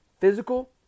physical